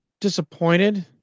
disappointed